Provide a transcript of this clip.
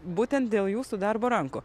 būtent dėl jūsų darbo rankų